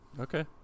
Okay